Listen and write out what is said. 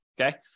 Okay